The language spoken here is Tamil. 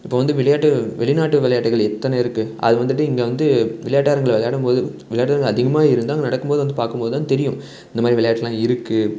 இப்போ வந்து விளையாட்டு வெளிநாட்டு விளையாட்டுகள் எத்தனை இருக்குது அதை வந்துட்டு இங்கே வந்து விளையாட்டு அரங்கில் விளாடும்போது விளையாட்டு அரங்குகள் அதிகமாக இருந்தால் அங்கே நடக்கும்போது வந்து பார்க்கும்போது தான் தெரியும் இந்தமாதிரி விளையாட்டெலாம் இருக்குது